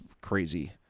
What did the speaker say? crazy